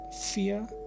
fear